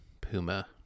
puma